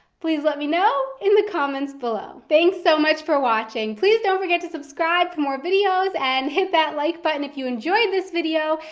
please let me know in the comments below. thanks so much for watching. please don't forget to subscribe for more videos and hit that like button if you enjoyed this video.